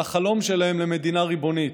על החלום שלהם למדינה ריבונית,